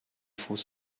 fuß